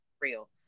real